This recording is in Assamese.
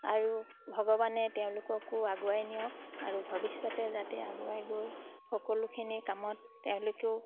আৰু ভগৱানে তেওঁলোককো আগুৱাই নিয়ক আৰু ভৱিষ্যতে যাতে আগুৱাই গৈ সকলোখিনি কামত তেওঁলোকেও